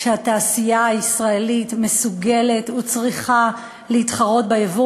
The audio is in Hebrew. שהתעשייה הישראלית מסוגלת וצריכה להתחרות בייבוא